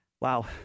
Wow